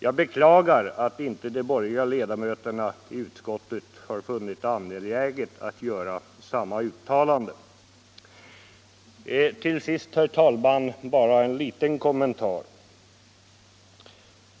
Jag beklagar att de borgerliga ledamöterna i utskottet inte har funnit det angeläget att göra samma uttalande. Till sist, herr talman, vill jag bara göra en liten kommentar.